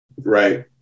right